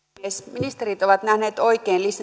ministerit ovat nähneet oikein